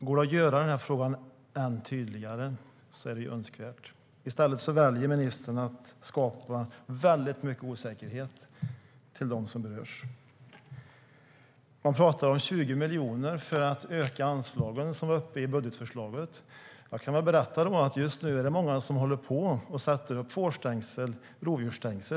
Går det att göra frågan tydligare är det ju önskvärt, men i stället väljer ministern att skapa väldigt mycket osäkerhet hos dem som berörs. Man pratar om 20 miljoner för att öka anslagen, vilket var uppe i budgetförslaget. Jag kan berätta att det just nu är många som håller på att sätta upp fårstängsel och rovdjursstängsel.